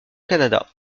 canada